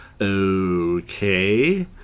Okay